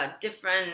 different